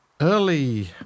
early